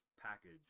package